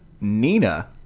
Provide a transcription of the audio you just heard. Nina